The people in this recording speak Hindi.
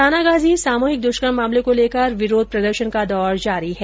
थानागाजी सामूहिक दुष्कर्म मामले को लेकर विरोध प्रदर्शन का दौर जारी है